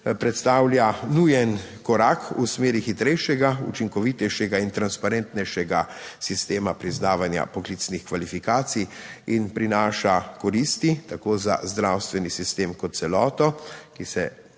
predstavlja nujen korak v smeri hitrejšega, učinkovitejšega in transparentnejšega sistema priznavanja poklicnih kvalifikacij in prinaša koristi tako za zdravstveni sistem kot celoto, ki se